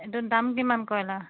এইটো দাম কিমান কইলাৰ